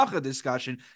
discussion